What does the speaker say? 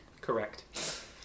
correct